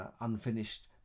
Unfinished